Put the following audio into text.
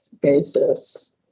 basis